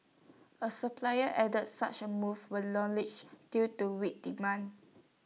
A supplier added such A move was due to weak demand